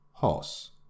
Horse